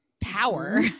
power